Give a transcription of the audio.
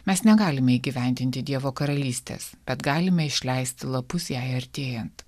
mes negalime įgyvendinti dievo karalystės bet galime išleisti lapus jai artėjant